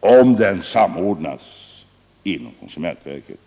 om en samordning sker inom konsumentverket.